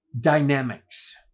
Dynamics